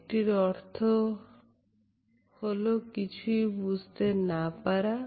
একটির অর্থ হলো কিছুই বুঝতে না পারা